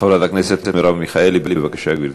חברת הכנסת מרב מיכאלי, בבקשה, גברתי.